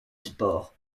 sport